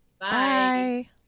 Bye